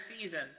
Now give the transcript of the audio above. season